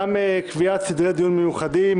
גם קביעת סדרי דיון מיוחדים,